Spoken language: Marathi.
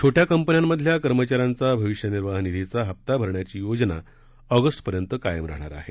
छोट्या कंपन्यांमधल्या कर्मचाऱ्यांचा भविष्य निर्वाह निधीचा हप्ता भरण्याची योजना ऑगस्टपर्यंत कायम राहणार आहे